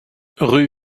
rue